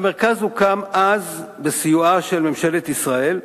המרכז הוקם אז בסיועה של ממשלת ישראל,